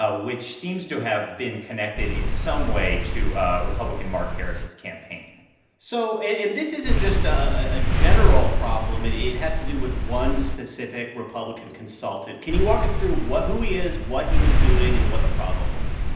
ah which seems to have been connected in some way to republican mark harris's campaign so and this isn't just a general problem. it it has to do with one specific republican consultant. can you walk us through who he is, what he was doing and what the problem was?